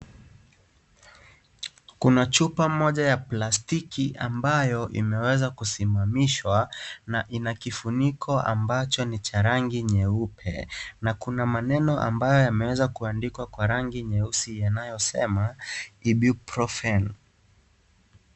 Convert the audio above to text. Kuna chupa moja ya plastiki, ambayo imeweza kusimamishwa, na ina kifuniko ambacho ni cha rangi nyeupe, na kuna maneno ambayo yameweza kuandikwa kwa rangi nyeusi yanayosema Ibobrufen.